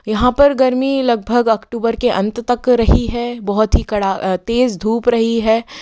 यहाँ पर गर्मी लगभग अक्टूबर के अंत तक रही है बहुत ही कड़ी तेज़ धूप रही है